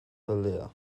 taldea